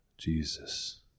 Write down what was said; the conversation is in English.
Jesus